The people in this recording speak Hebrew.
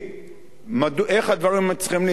איך הדברים צריכים להתגלגל.